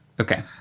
Okay